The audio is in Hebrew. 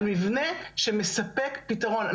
על מבנה שמספק פתרון.